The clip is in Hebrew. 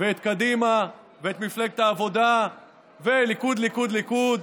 ואת קדימה ואת מפלגת העבודה וליכוד ליכוד ליכוד,